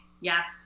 Yes